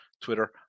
Twitter